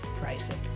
pricing